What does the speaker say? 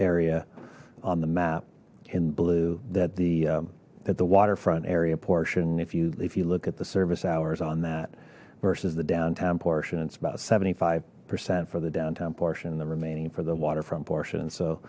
area on the map in blue that the at the waterfront area portion if you if you look at the service hours on that versus the downtown portion it's about seventy five percent for the downtown portion and the remaining for the waterfront portion